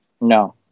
No